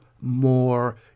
more